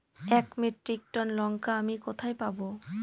এক metric ton লঙ্কা আমি কোথায় পাবো?